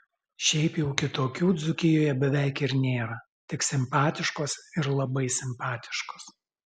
šiaip jau kitokių dzūkijoje beveik ir nėra tik simpatiškos ir labai simpatiškos